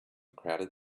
crowded